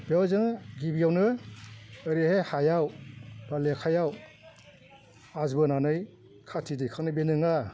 बेयाव जों गिबियावनो ओरैहाय हायाव बा लेखायाव आस बोनानै खाथि दैखांनाय बे नङा